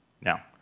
Now